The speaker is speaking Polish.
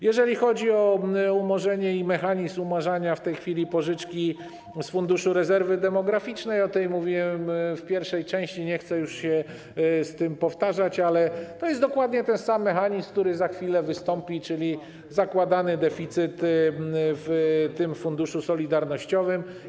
Jeżeli chodzi o umorzenie i mechanizm umarzania w tej chwili pożyczki z Funduszu Rezerwy Demograficznej - o tym mówiłem w pierwszej części i nie chcę już tego powtarzać - to jest dokładnie ten sam mechanizm, który za chwilę wystąpi, czyli zakładany deficyt w Funduszu Solidarnościowym.